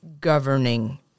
governing